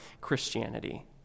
Christianity